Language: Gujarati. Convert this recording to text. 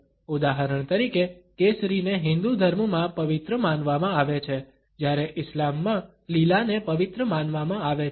ઉદાહરણ તરીકે કેસરીને હિન્દુ ધર્મમાં પવિત્ર માનવામાં આવે છે જ્યારે ઇસ્લામમાં લીલાને પવિત્ર માનવામાં આવે છે